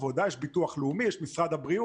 ועדיין מוגדר על ידי הביטוח הלאומי כמי שאינו יכול לעבוד,